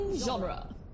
genre